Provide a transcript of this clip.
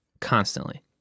Constantly